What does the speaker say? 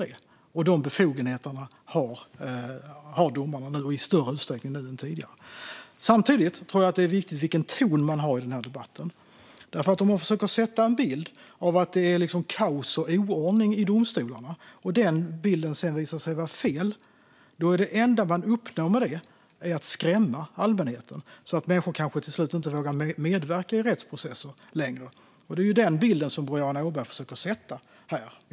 Dessa befogenheter har domarna nu i större utsträckning än tidigare. Samtidigt tror jag att det är viktigt vilken ton man har i denna debatt. Om man försöker ge en bild av att det är kaos och oordning i domstolarna, och denna bild sedan visar sig vara fel, är det enda som man uppnår med det att skrämma allmänheten, så att människor till slut kanske inte vågar medverka i rättsprocesser. Det är denna bild som Boriana Åberg försöker ge här.